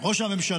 ברית הציונים,